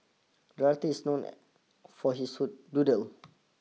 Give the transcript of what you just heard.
the artist is known for his doodles